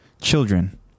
Children